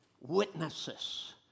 witnesses